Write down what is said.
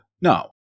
No